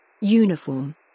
Uniform